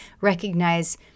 recognize